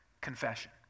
confession